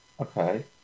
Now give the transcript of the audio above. Okay